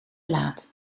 laat